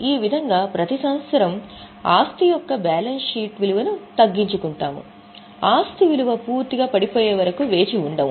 ఈ విధంగా ప్రతి సంవత్సరం ఆస్తి యొక్క బ్యాలెన్స్ షీట్ విలువను తగ్గించుకుంటాము ఆస్తి విలువ పూర్తిగా పడిపోయే వరకు వేచి ఉండము